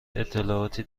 اطلاعاتی